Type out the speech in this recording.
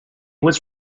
was